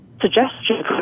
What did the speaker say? suggestion